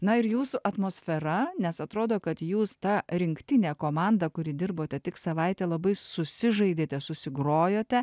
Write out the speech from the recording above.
na ir jūsų atmosfera nes atrodo kad jūs ta rinktinė komanda kuri dirbote tik savaitę labai susižaidėte susigrojote